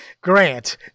Grant